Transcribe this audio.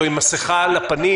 או עם מסכה על הפנים,